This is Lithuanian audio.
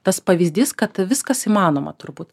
tas pavyzdys kad viskas įmanoma turbūt